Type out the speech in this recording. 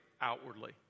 outwardly